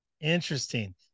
Interesting